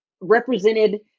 represented